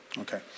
Okay